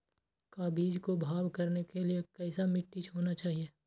का बीज को भाव करने के लिए कैसा मिट्टी होना चाहिए?